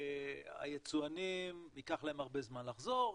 היצואנים ייקח להם זמן לחזור,